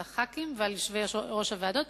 על חברי הכנסת ועל יושבי-ראש הוועדות,